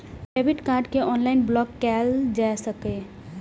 debit card कें online block कैल जा सकैए